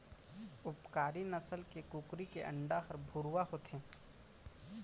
उपकारी नसल के कुकरी के अंडा हर भुरवा होथे